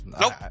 Nope